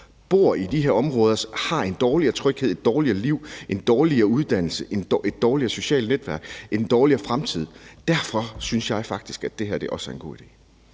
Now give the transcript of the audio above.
bor i de her områder, er mindre trygge, har dårligere liv, dårligere uddannelser, dårligere sociale netværk og en dårligere fremtid. Derfor synes jeg faktisk også, at det her er en god idé.